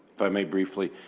if i may, briefly,